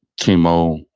chemo,